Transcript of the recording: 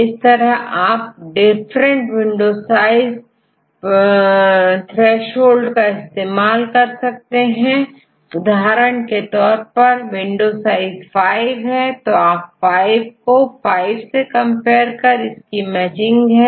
इस तरह आप डिफरेंट विंडो साइज थ्रेसोल्ड का इस्तेमाल कर सकते हैं उदाहरण के तौर पर यदि विंडो साइज5 है तो आप5 को 5 से कंपेयर कर मैचिंग है या नहींदेख सकते हैं